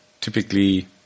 Typically